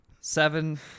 Seven